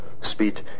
speed